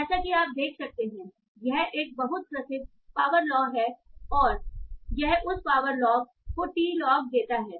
जैसा कि आप देख सकते हैं यह एक बहुत प्रसिद्ध पावर लॉ है और यह उस पावर लॉग को टी लॉग देता है